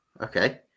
okay